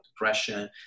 depression